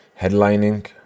headlining